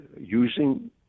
using